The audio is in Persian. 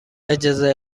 اجازه